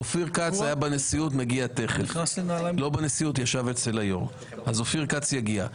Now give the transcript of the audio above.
אופיר כץ ישב אצל היו"ר, מגיע תכף.